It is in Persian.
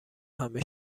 همه